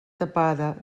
tapada